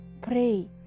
Pray